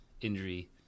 injury